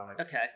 Okay